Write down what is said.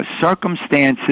Circumstances